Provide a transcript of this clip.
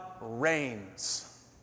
reigns